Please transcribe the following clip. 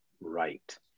right